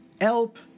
help